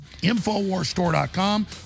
Infowarsstore.com